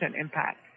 impact